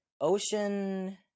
Ocean